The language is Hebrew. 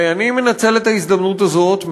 ואני מנצל את ההזדמנות הזאת,